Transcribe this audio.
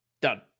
Done